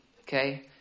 Okay